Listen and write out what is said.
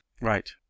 Right